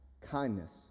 kindness